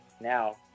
now